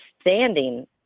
standing